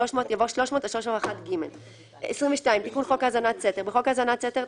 300" יבוא "300 עד 301ג". תיקון חוק האזנת סתר 22. בחוק האזנת סתר,